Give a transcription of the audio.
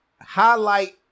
highlight